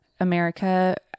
America